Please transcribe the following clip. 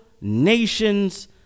nations